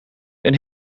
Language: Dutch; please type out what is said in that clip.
een